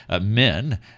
men